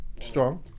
Strong